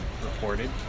reported